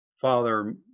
father